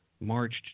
marched